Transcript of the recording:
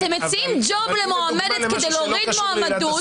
אתם מציעים ג'וב למועמדת כדי להוריד מועמדות.